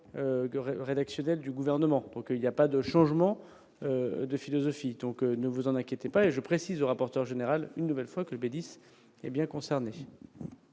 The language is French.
rédactionnelle du gouvernement, donc il y a pas de changement de philosophie, donc, ne vous en inquiétez pas et je précise le rapporteur général, une nouvelle fois le et 10 hé bien concerné.